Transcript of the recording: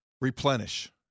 replenish